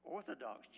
Orthodox